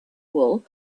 wool